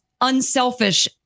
unselfish